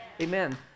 Amen